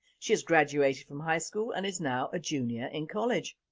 she has graduated from high school and is now a junior in college.